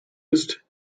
ist